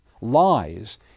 lies